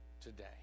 today